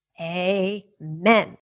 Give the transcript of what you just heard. Amen